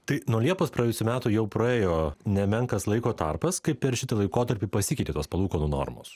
tai nuo liepos praėjusių metų jau praėjo nemenkas laiko tarpas kaip per šitą laikotarpį pasikeitė tos palūkanų normos